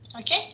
Okay